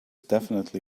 definitely